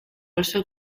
also